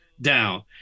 down